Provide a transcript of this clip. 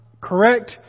correct